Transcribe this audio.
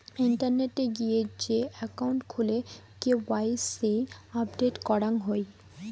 ইন্টারনেটে গিয়ে যে একাউন্ট খুলে কে.ওয়াই.সি আপডেট করাং হই